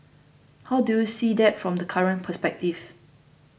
how do you see that from the current perspective